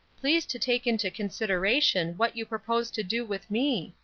please to take into consideration what you propose to do with me?